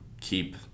keep